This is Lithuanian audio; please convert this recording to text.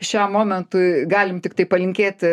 šiam momentui galim tiktai palinkėti